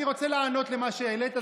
אני רוצה לענות למה שהעלית,